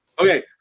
Okay